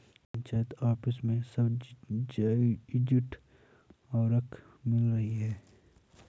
panchayat office में subsidised उर्वरक मिल रहे हैं